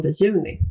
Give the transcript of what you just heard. juni